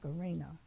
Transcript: Arena